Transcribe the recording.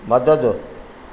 मदद